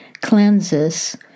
cleanses